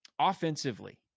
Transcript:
Offensively